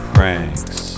Pranks